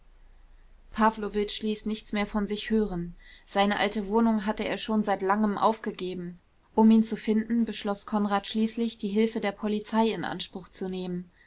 ließ nichts mehr von sich hören seine alte wohnung hatte er schon seit langem aufgegeben um ihn zu finden beschloß konrad schließlich die hilfe der polizei in anspruch zu nehmen